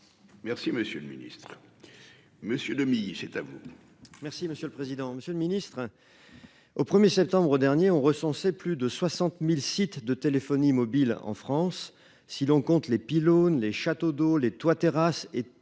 Merci Monsieur le Ministre. Monsieur le mis c'est vous.